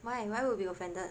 why why would be offended